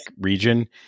region